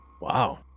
Wow